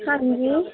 ہاں جی